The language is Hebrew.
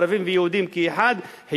ערבים ויהודים כאחד,